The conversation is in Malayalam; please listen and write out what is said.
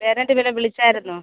പേരൻറ് പിന്നെ വിളിച്ചിരുന്നോ